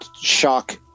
shock